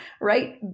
right